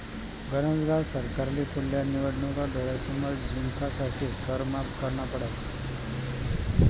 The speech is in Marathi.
गनज साव सरकारले पुढल्या निवडणूका डोळ्यासमोर जिंकासाठे कर माफ करना पडस